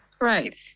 Right